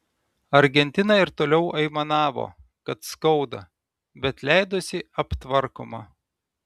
argentina ir toliau aimanavo kad skauda bet leidosi aptvarkoma